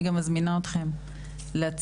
אני גם מזמינה אתכן להציע,